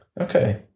okay